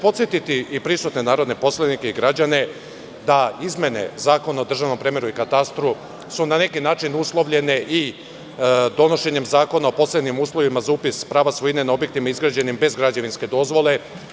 Podsetiću i prisutne narodne poslanike i građane da izmene zakona o državnom premeru i katastru su na neki način uslovljene i donošenjem Zakona o posebnim uslovima za upis prava svojine na objektima izgrađenim bez građevinske dozvole.